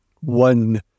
one